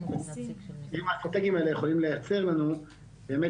האם האסטרטגיות האלה יכולים לייצר לנו באמת